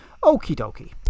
okie-dokie